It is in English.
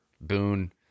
Boone